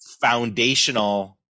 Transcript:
foundational